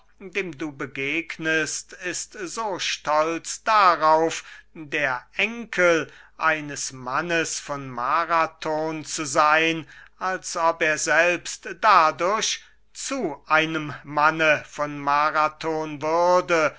dem du begegnest ist so stolz darauf der enkel eines mannes von marathon zu seyn als ob er selbst dadurch zu einem manne von marathon würde